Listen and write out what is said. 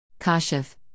Kashif